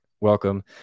welcome